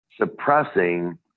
suppressing